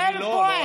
Twelve points.